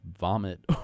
vomit